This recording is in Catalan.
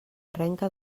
arrenca